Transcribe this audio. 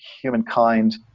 humankind